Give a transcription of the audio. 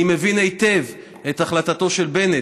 אני מבין היטב את החלטתו של בנט,